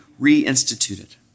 reinstituted